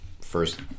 first